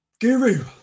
Guru